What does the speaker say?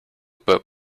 but